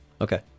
okay